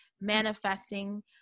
manifesting